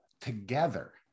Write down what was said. together